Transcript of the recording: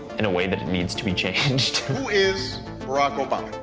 in a way that it needs to be changed. who is barack obama?